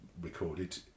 recorded